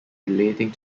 relating